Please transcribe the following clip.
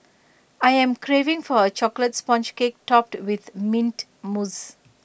I am craving for A Chocolate Sponge Cake Topped with Mint Mousse